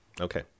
okay